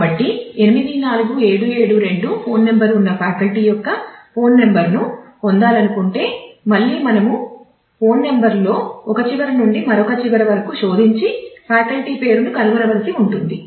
కాబట్టి 84772 phone number ఉన్న faculty యొక్క ఫోన్ నంబర్లను పొందాలనుకుంటే మళ్ళీ మనము ఫోన్ నంబర్లో ఒక చివర నుండి మరొక చివర వరకు శోధించి ఫ్యాకల్టీ పేరును కనుగొనవలసి ఉంటుంది